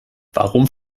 warum